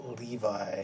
Levi